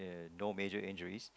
and no major injuries